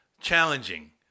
challenging